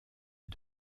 est